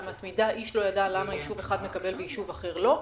איש לא ידע למה יישוב אחד מקבל ויישוב אחר לא.